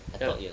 ya